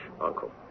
Uncle